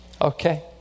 Okay